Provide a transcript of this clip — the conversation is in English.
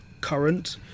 current